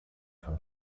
von